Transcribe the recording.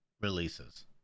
releases